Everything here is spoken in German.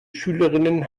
schülerinnen